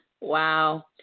Wow